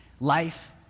Life